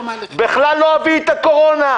בכלל לא אביא את הקורונה.